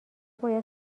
باید